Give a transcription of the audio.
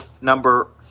number